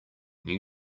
new